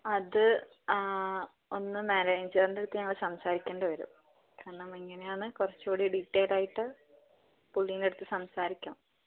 അത് ഒന്ന് മാനേജറിൻ്റെ അടുത്ത് ഞങ്ങള് സംസാരിക്കേണ്ടി വരും കാരണം ഇങ്ങനെയാണ് കുറച്ചു കൂടി ഡീറ്റൈലായിട്ട് പുള്ളിൻ്റെ അടുത്ത് സംസാരിക്കണം